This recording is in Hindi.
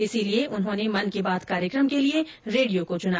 इसलिए उन्होंने मन की बात कार्यक्रम के लिए रेडियो को चुना